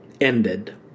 ended